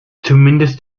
zumindest